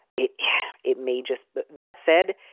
it it may just but that said,